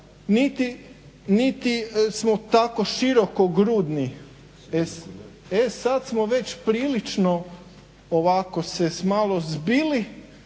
niti smo tko širokogrudni. E sada smo već prilično ovako se malo zbili